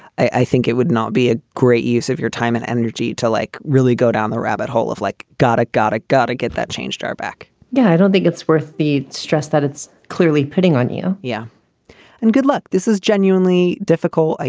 i think it would not be a great use of your time and energy to like really go down the rabbit hole of like gotta gotta gotta get that changed our back yeah. i don't think it's worth the stress that it's clearly putting on you. yeah and good luck. this is genuinely difficult.